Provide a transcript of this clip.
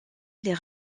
les